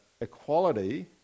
equality